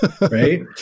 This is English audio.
Right